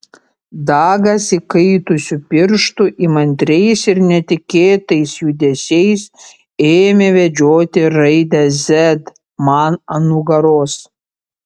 dagas įkaitusiu pirštu įmantriais ir netikėtais judesiais ėmė vedžioti raidę z man ant nugaros